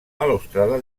balustrada